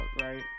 right